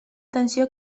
tensió